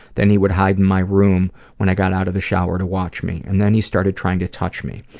then he would hide in my room when i got out of the shower to watch me, and then he started trying to touch me.